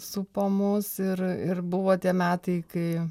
supo mus ir ir buvo tie metai kai